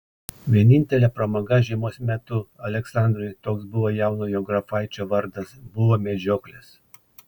vienintelė pramoga žiemos metu aleksandrui toks buvo jaunojo grafaičio vardas buvo medžioklės